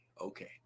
Okay